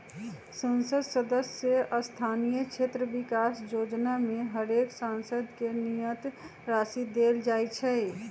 संसद सदस्य स्थानीय क्षेत्र विकास जोजना में हरेक सांसद के नियत राशि देल जाइ छइ